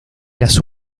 las